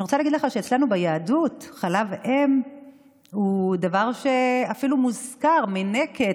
אני רוצה להגיד לך שאצלנו ביהדות חלב אם הוא דבר שאפילו מוזכר: מינקת,